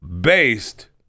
based